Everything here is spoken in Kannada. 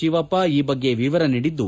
ಶಿವಪ್ಪ ಕು ಬಗ್ಗೆ ವಿವರ ನೀಡಿದ್ದು